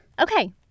okay